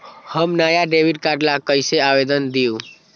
हम नया debit card ला कईसे आवेदन दिउ?